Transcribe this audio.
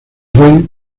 ven